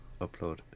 upload